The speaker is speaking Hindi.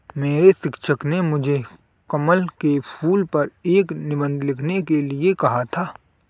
मेरे शिक्षक ने मुझे कमल के फूल पर एक निबंध लिखने के लिए कहा था